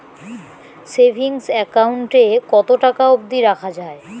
Savings account এ কতো টাকা অব্দি রাখা যায়?